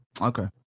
Okay